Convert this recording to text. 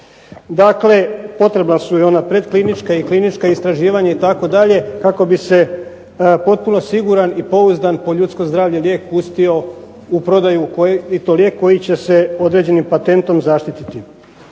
Dakle, potrebna su i ona pretklinička i klinička istraživanja itd. kako bi se potpuno siguran i pouzdan po ljudsko zdravlje lijek pustio u prodaju i to lijek koji će se određenim patentom zaštititi.